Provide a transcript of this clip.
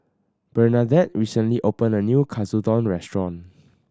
Bernadette recently opened a new Katsudon Restaurant